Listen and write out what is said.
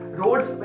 roads